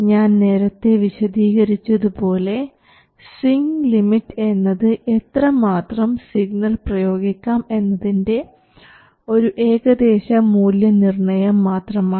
ഞാൻ നേരത്തെ വിശദീകരിച്ചതുപോലെ സ്വിങ് ലിമിറ്റ് എന്നത് എത്രമാത്രം സിഗ്നൽ പ്രയോഗിക്കാം എന്നതിൻറെ ഒരു ഏകദേശ മൂല്യനിർണയം മാത്രമാണ്